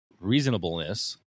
reasonableness